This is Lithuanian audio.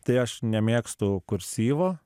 tai aš nemėgstu kursyvo